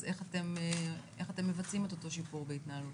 אז איך אתם מבצעים את אותו שיפור בהתנהלות?